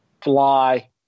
Fly